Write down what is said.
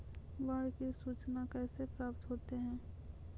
बाढ की सुचना कैसे प्राप्त होता हैं?